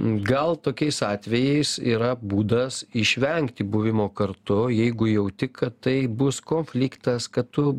gal tokiais atvejais yra būdas išvengti buvimo kartu jeigu jauti kad tai bus konfliktas kad tu